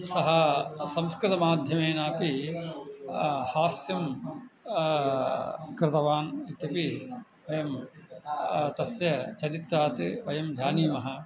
सः संस्कृतमाध्यमेनापि हास्यं कृतवान् इत्यपि वयं तस्य चरित्रात् वयं जानीमः